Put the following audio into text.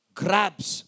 grabs